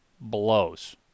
blows